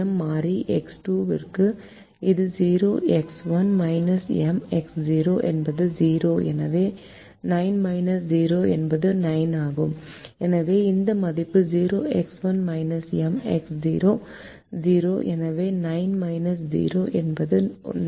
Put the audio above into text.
மாறி X2 க்கு இது 0 x 1 M x 0 என்பது 0 எனவே 9 0 என்பது 9 ஆகும் எனவே இந்த மதிப்பு 0 x1 M x 0 0 எனவே 9 0 என்பது 9